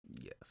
Yes